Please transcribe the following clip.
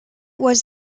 was